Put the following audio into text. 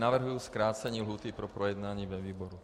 Navrhuji zkrácení lhůty pro projednání ve výboru.